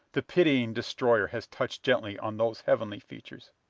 the pitying destroyer has touched gently on those heavenly features.